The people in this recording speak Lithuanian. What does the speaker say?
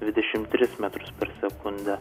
dvidešimt tris metrus per sekundę